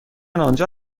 آنجا